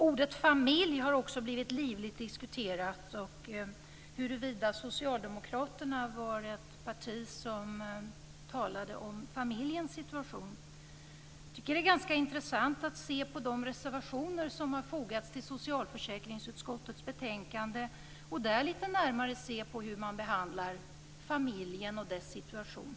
Ordet familj har blivit livligt diskuterat och huruvida Socialdemokraterna är ett parti som talar om familjens situation. Jag tycker att det är ganska intressant att studera de reservationer som har fogats till socialförsäkringsutskottets betänkande och där litet närmare se på hur man behandlar familjen och dess situation.